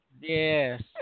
Yes